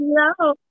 Hello